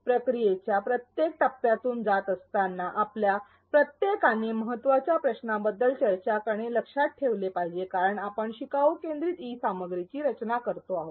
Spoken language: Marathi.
प्रक्रियेच्या प्रत्येक टप्प्यातून जात असतानाआपल्या प्रत्येकाने महत्त्वाच्या प्रश्नाबद्दल चर्चा करणे लक्षात ठेवले पाहिजे कारण आपण शिकाऊ केंद्रित ई सामग्रीची रचना करतो आहोत